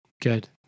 Good